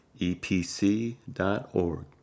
EPC.org